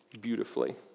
beautifully